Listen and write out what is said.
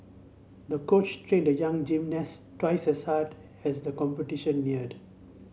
the coach trained the young gymnast twice as hard as the competition neared